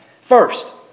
First